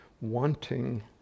wanting